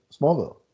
Smallville